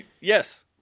Yes